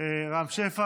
רם שפע